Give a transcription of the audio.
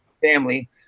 family